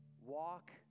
walk